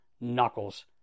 Knuckles